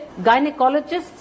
Gynecologists